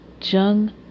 Jung